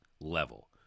level